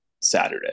Saturday